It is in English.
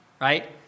right